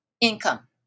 income